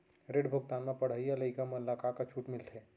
ऋण भुगतान म पढ़इया लइका मन ला का का छूट मिलथे?